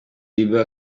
bieber